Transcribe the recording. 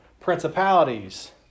principalities